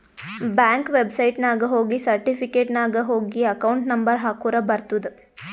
bank ವೆಬ್ಸೈಟ್ನಾಗ ಹೋಗಿ certificate ನಾಗ್ ಹೋಗಿ ಅಕೌಂಟ್ ನಂಬರ್ ಹಾಕುರ ಬರ್ತುದ್